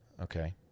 Okay